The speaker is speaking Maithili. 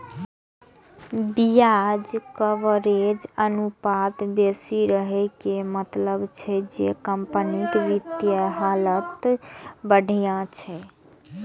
ब्याज कवरेज अनुपात बेसी रहै के मतलब छै जे कंपनीक वित्तीय हालत बढ़िया छै